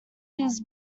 his